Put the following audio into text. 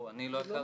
אני לא ידעתי את זה.